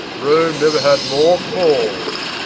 rome never had more cause.